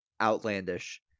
outlandish